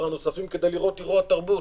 נוספים על הבדיקה בכניסה לאירוע תרבות.